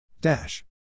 Dash